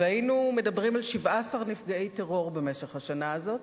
והיינו מדברים על 17 נפגעי טרור במשך השנה הזאת,